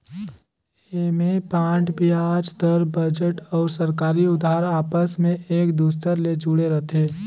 ऐम्हें बांड बियाज दर, बजट अउ सरकारी उधार आपस मे एक दूसर ले जुड़े रथे